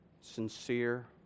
sincere